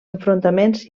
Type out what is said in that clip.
enfrontaments